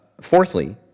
Fourthly